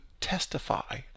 testify